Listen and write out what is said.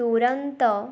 ତୁରନ୍ତ